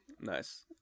nice